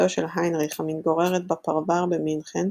בתו של היינריך המתגוררת בפרבר במינכן,